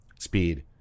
speed